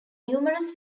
numerous